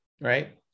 right